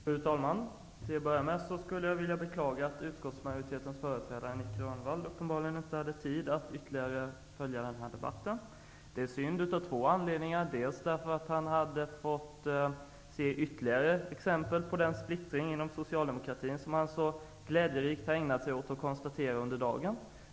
Fru talman! Till att börja med vill jag beklaga att utskottsmajoritetens företrädare Nic Grönvall uppenbarligen inte hade tid att ytterligare följa debatten. Det är synd av två anledningar. Den ena anledningen är att han då hade fått höra ytterligare exempel på den splittring inom socialdemokratin, som han så glädjerikt har konstaterat under dagen.